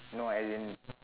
no I didn't